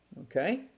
Okay